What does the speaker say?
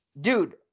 Dude